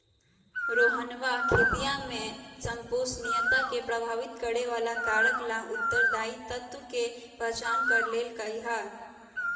रोहनवा खेतीया में संपोषणीयता के प्रभावित करे वाला कारक ला उत्तरदायी तत्व के पहचान कर लेल कई है